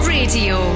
Radio